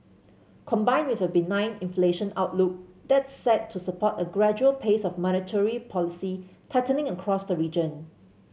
combined with a benign inflation outlook that's set to support a gradual pace of monetary policy tightening across the region